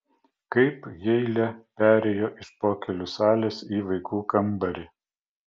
kaip heile perėjo iš pokylių salės į vaikų kambarį